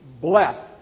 blessed